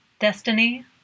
Destiny